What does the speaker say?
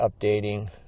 updating